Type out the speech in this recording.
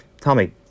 Tommy